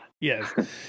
Yes